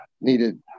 needed